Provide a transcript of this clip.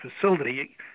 facility